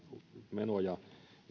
menoja ja täytyisi